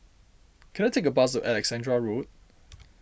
can I take a bus to Alexandra Road